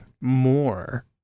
more